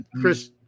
Chris